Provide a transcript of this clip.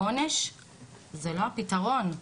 העונש זה לא הפתרון.